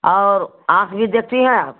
और आँख भी देखती हैं आप